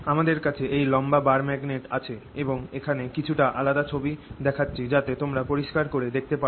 আমাদের কাছে এই লম্বা বার ম্যাগনেট আছে এবং এখানে কিছুটা আলাদা ছবি দেখাচ্ছি যাতে তোমরা পরিস্কার করে দেখতে পারো